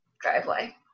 driveway